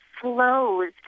flows